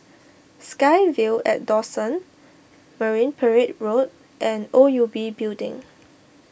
SkyVille at Dawson Marine Parade Road and O U B Building